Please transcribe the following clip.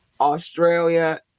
australia